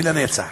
ולנצח.